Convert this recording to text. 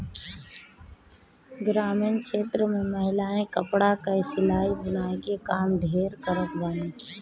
ग्रामीण क्षेत्र में महिलायें कपड़ा कअ सिलाई बुनाई के काम ढेर करत बानी